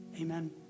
Amen